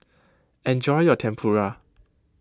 enjoy your Tempura